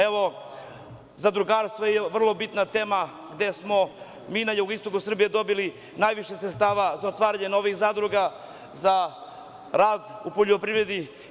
Evo, zadrugarstvo je vrlo bitna tema gde smo mi na jugoistoku Srbije dobili najviše sredstava za otvaranje novih zadruga, za rad u poljoprivredi.